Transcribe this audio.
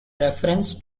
reference